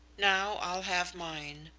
now i'll have mine.